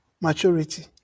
maturity